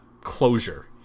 closure